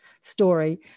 story